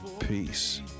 peace